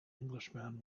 englishman